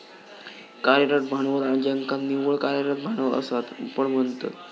कार्यरत भांडवल ज्याका निव्वळ कार्यरत भांडवल असा पण म्हणतत